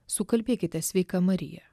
sukalbėkite sveika marija